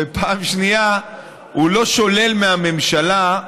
הוא לא שולל מהממשלה,